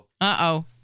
Uh-oh